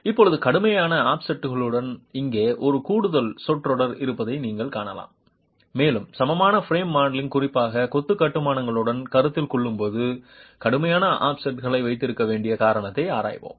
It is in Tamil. இப்போது கடுமையான ஆஃப்செட்களுடன் இங்கே ஒரு கூடுதல் சொற்றொடர் இருப்பதை நீங்கள் காணலாம் மேலும் சமமான பிரேம் மாடலிங் குறிப்பாக கொத்து கட்டுமானங்களுடன் கருத்தில் கொள்ளும்போது கடுமையான ஆஃப்செட்களை வைத்திருக்க வேண்டிய காரணத்தை ஆராய்வோம்